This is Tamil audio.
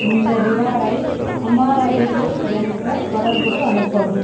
இந்த ரிவார்டை குமாரவேல் என்ற தொடர்புக்கு அனுப்பவும்